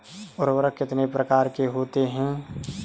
उर्वरक कितने प्रकार के होते हैं?